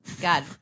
God